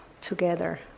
together